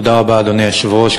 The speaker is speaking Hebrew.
תודה רבה, אדוני היושב-ראש.